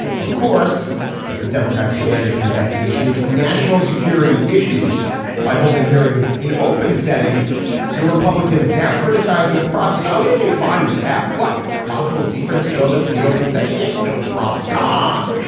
of course if the democrats began this investigation into national security issues by holding hearings in open settings the republicans now criticizing the process they'd be fine with that. what possible secrets spilled into the open session. yeah no problem. come on.